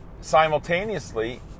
simultaneously